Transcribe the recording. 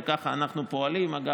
וככה אנחנו פועלים אגב,